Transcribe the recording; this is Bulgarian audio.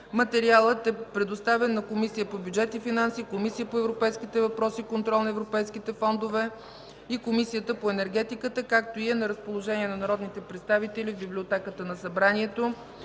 Материалът е предоставен на Комисията по бюджет и финанси, ¬Комисията по европейските въпроси и контрол на европейските фондове и Комисията по енергетиката. Той е на разположение на народните представители в Библиотеката на Народното